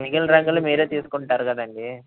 మిగిలిన రంగులు మీరు తీసుకుంటారు కదండి